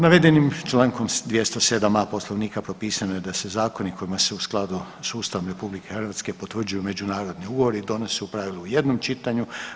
Navedenim čl. 207a. Poslovnika propisano je da se zakoni kojima se u skladu s Ustavom RH potvrđuju međunarodni ugovori donose u pravilu u jednom čitanju.